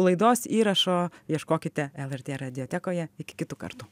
laidos įrašo ieškokite lrt radiotekoje iki kitų kartų